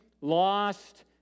lost